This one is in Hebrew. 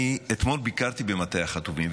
אתמול ביקרתי במטה החטופים,